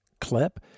clip